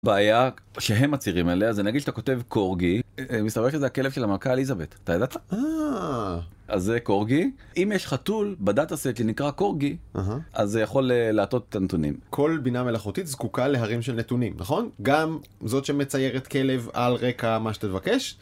בעיה שהם מצהירים עליה, זה נגיד שאתה כותב קורגי, מסתבר שזה הכלב של המעכה אליזבת, אתה ידעת? אההה. אז זה קורגי, אם יש חתול בדאטה סט שנקרא קורגי, אז זה יכול להטות את הנתונים. כל בינה מלאכותית זקוקה להרים של נתונים, נכון? גם זאת שמציירת כלב על רקע, מה שתבקש.